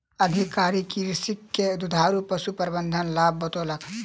अधिकारी कृषक के दुधारू पशु प्रबंधन के लाभ बतौलक